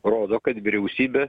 rodo kad vyriausybė